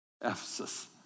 Ephesus